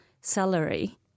salary